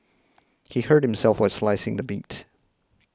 he hurt himself while slicing the meat